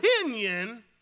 opinion